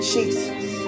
Jesus